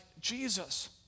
Jesus